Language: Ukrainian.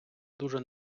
дуже